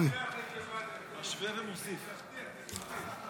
נגרש אותם לירדן, תוסיף: